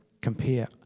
compare